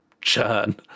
churn